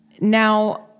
Now